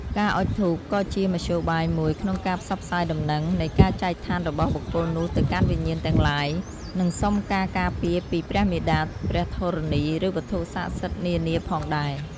ការអុជធូប ក៏ជាមធ្យោបាយមួយក្នុងការផ្សព្វផ្សាយដំណឹងនៃការចែកឋានរបស់បុគ្គលនោះទៅកាន់វិញ្ញាណទាំងឡាយ និងសុំការការពារពីព្រះមាតាព្រះធរណី ឬវត្ថុសក្តិសិទ្ធិនានាផងដែរ។